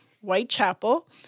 Whitechapel